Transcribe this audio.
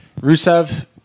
Rusev